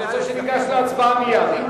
אנחנו ניגש להצבעה מייד.